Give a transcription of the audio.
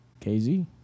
KZ